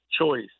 choice